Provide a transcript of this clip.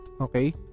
okay